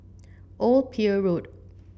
Old Pier Road